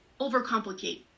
overcomplicate